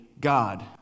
God